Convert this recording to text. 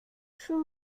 chou